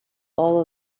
all